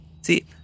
See